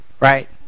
right